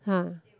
[huh]